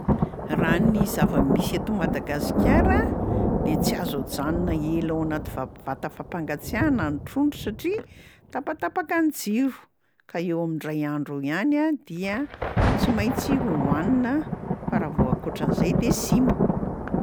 Raha ny zava-misy eto Madagasikara de tsy azo ajanona ela ao anaty va- vata fampangatsiahana ny trondro satria tapatapaka ny jiro, ka eo amin'ndray andro eo ihany a dia tsy maintsy hohanina fa raha vao ankoatran'izay de simba.